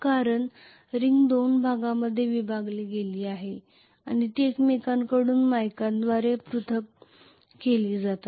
कारण रिंग 2 भागांमध्ये विभागली गेली आहे आणि ती एकमेकांकडून मायकाद्वारे पृथक् केली जातात